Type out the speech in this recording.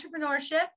entrepreneurship